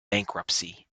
bankruptcy